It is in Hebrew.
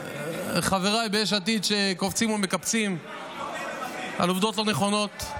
חבריי ביש עתיד שקופצים ומקפצים על עובדות לא נכונות,